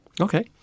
Okay